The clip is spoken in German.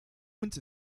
uns